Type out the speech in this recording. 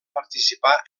participar